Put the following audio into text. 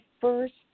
first